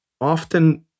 often